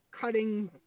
cutting